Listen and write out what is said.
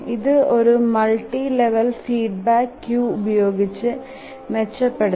ഇതു ഒരു multi level feedback queue ഉപയോഗിച്ച് മെച്ചപ്പെടുത്താം